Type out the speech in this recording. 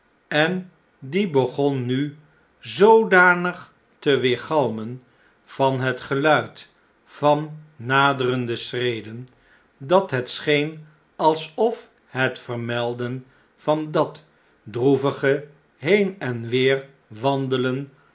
en die begon nu zoodanig te weergalmen van hetgeluid vannaderende schreden dat het scheen alsof het vermelden van dat droevige heen en weer wandelen